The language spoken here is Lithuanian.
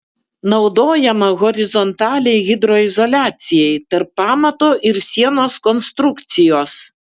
naudojama horizontaliai hidroizoliacijai tarp pamato ir sienos konstrukcijos